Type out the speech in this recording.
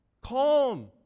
calm